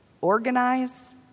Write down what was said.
Organize